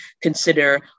consider